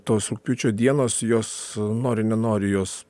tos rugpjūčio dienos jos nori nenori jos